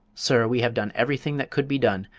sir, we have done everything that could be done,